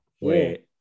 Wait